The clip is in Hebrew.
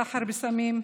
סחר בסמים,